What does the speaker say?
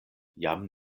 jam